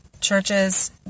churches